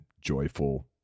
joyful